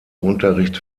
unterricht